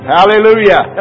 Hallelujah